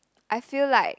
I feel like